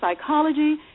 Psychology